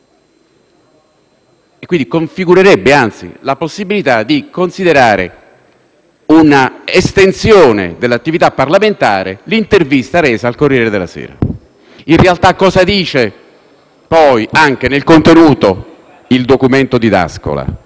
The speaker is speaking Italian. - configurerebbe la possibilità di considerare un'estensione dell'attività parlamentare l'intervista resa al «Corriere della Sera». In realtà cosa dice poi nel contenuto il documento di D'Ascola?